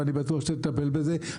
ואני בטוח שתטפל בזה,